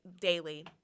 daily